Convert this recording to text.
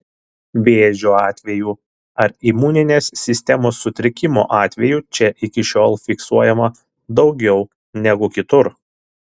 vėžio atvejų ar imuninės sistemos sutrikimo atvejų čia iki šiol fiksuojama daugiau negu kitur